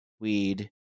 weed